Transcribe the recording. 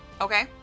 Okay